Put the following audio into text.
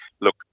look